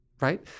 right